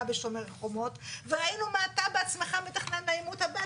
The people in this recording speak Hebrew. ב"שומר חומות" וראינו מה אתה בעצמך מתכנן לעימות הבא,